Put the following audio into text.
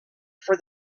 for